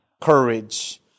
courage